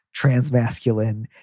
transmasculine